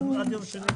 הישיבה נעולה.